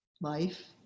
life